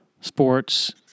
sports